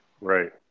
Right